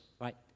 right